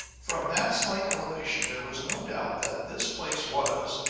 from that slight elevation, there was no doubt that this place was,